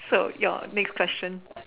so your next question